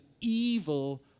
evil